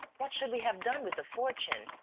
what should we have done with the fortune?